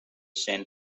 send